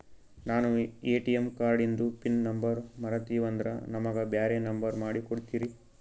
ನಾನು ಎ.ಟಿ.ಎಂ ಕಾರ್ಡಿಂದು PIN number ಮರತೀವಂದ್ರ ನಮಗ ಬ್ಯಾರೆ ನಂಬರ್ ಮಾಡಿ ಕೊಡ್ತೀರಿ?